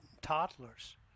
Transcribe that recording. toddlers